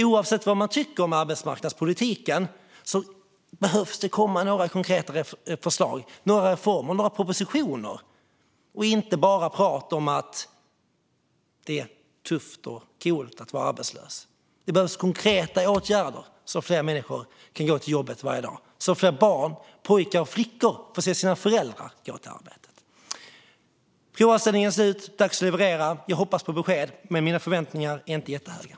Oavsett vad man tycker om arbetsmarknadspolitiken behöver det komma några konkreta förslag, några reformer och några propositioner, inte bara prat om att det är tufft och coolt att vara arbetslös. Det behövs konkreta åtgärder så att fler människor kan gå till jobbet varje dag och så att fler barn - pojkar och flickor - får se sina föräldrar gå till arbetet. Provanställningen är slut, och det är dags att leverera. Jag hoppas på besked, men mina förväntningar är inte jättehöga.